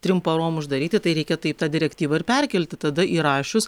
trim parom uždaryti tai reikia taip tą direktyvą ir perkelti tada įrašius